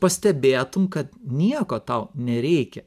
pastebėtum kad nieko tau nereikia